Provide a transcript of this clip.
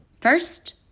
first